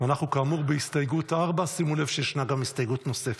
אנחנו כאמור בהסתייגות 4. שימו לב שישנה גם הסתייגות נוספת.